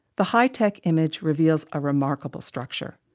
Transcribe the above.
the high-tech image reveals a remarkable structure.